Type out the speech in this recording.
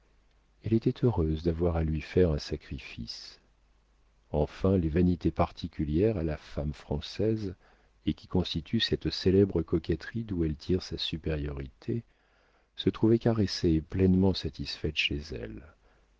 elle était heureuse d'avoir à lui faire un sacrifice enfin les vanités particulières à la femme française et qui constituent cette célèbre coquetterie d'où elle tire sa supériorité se trouvaient caressées et pleinement satisfaites chez elle